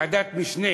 ועדת משנה